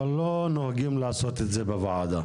אבל לא נוהגים לעשות את זה בוועדה,